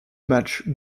matchs